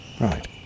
Right